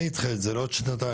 אני אדחה את זה לעוד שנתיים,